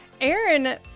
aaron